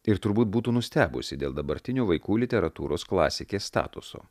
ir turbūt būtų nustebusi dėl dabartinio vaikų literatūros klasikės statuso